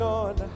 on